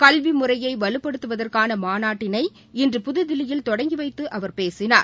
கல்வி முறையை வலுப்படுத்துவதற்கான மாநாட்டினை இன்று புதுதில்லியில் தொடங்கி வைத்து அவர் பேசினார்